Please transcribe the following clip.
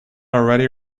already